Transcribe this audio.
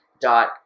dot